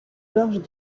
gorges